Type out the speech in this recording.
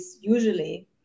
usually